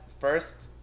first